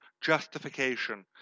justification